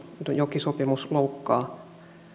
tenojoki sopimus loukkaa